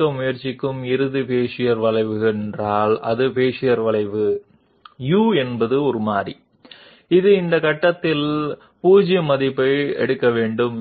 కర్వ్గా సూచించబడుతుంది అంటే మనం x y z లలో కార్టీసియన్ కోఆర్డినేట్ స్పేస్తో వ్యవహరిస్తున్నప్పటికీ x y లేదా z కాకుండా వేరియబుల్ పరంగా ఒక నిర్దిష్ట బిందువు యొక్క కార్టీసియన్ పొజిషన్ ని వ్యక్తపరచబోతున్నాము